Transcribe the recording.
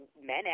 men